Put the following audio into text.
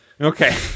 Okay